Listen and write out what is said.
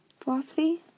philosophy